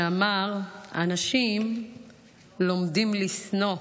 שאמר: אנשים לומדים לשנוא,